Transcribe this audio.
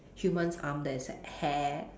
human's arm there is hair